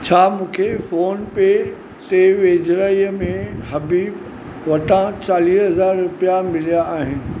छा मूंखे फ़ोन पे ते वेझिराईअ में हबीब वटां चालीह हज़ार रुपिया मिलिया आहिनि